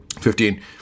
Fifteen